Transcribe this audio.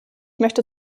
möchte